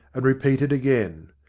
and repeated again.